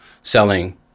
selling